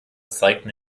zeigten